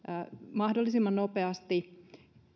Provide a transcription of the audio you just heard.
mahdollisimman nopeasti